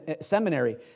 seminary